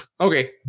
Okay